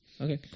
Okay